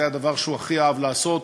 זה הדבר שהוא הכי אהב לעשות,